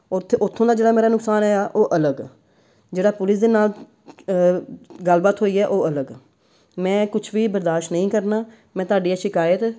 ਉੱਥੇ ਉੱਥੋਂ ਦਾ ਜਿਹੜਾ ਮੇਰਾ ਨੁਕਸਾਨ ਹੋਇਆ ਉਹ ਅਲੱਗ ਜਿਹੜਾ ਪੁਲਿਸ ਦੇ ਨਾਲ ਗੱਲਬਾਤ ਹੋਈ ਆ ਉਹ ਅਲੱਗ ਮੈਂ ਕੁਛ ਵੀ ਬਰਦਾਸ਼ਤ ਨਹੀਂ ਕਰਨਾ ਮੈਂ ਤੁਹਾਡੀ ਆ ਸ਼ਿਕਾਇਤ